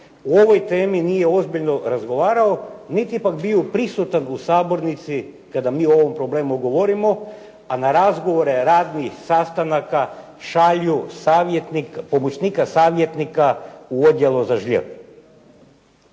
o ovoj temi nije ozbiljno razgovarao niti pak bio prisutan u sabornici kada mi o ovom problemu govorimo, a na razgovore radnih sastanaka šalju pomoćnika savjetnika u odjelu za "žlj".